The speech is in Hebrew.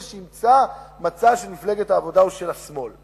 שהיא אימצה את המצע של מפלגת העבודה או של השמאל.